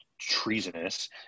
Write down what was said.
treasonous